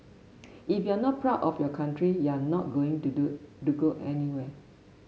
if you are not proud of your country you are not going to do to go anywhere